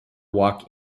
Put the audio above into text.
walk